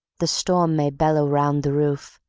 the storm may bellow round the roof,